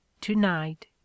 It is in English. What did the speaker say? to-night